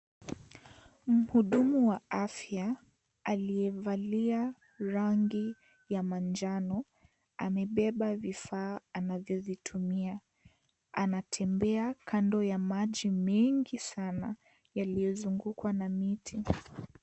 Mhudumu wa afya aliyevalia rangi ya manjano, amebeba vifaa anavyo zitumia. Anatembea kando ya maji mingi sana yaliyo zungukwa na miti.